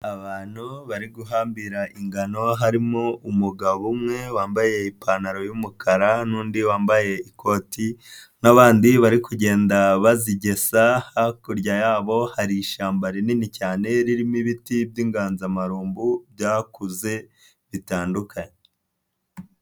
Abantu bari guhambira ingano harimo umugabo umwe wambaye ipantaro y'umukara n'undi wambaye ikoti n'abandi bari kugenda bazigesa, hakurya yabo hari ishyamba rinini cyane ririmo ibiti by'inganzamarumbu byakuze bitandukanye.